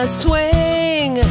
swing